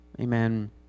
amen